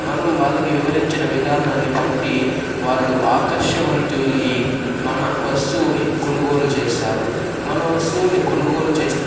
మనం వాళ్ళకి వివరించిన విధానాన్ని బట్టి వాళ్ళు ఆకర్షవంతులై మన వస్తువుని కొనుగోలు చేస్తారు మన వస్తువుని కొనుగోలు చే